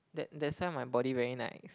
that that's why my body very nice